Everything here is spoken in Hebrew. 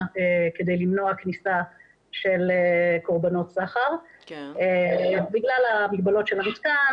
כדי למנוע כניסה של קורבנות סחר בגלל המגבלות של המתקן,